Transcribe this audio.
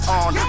on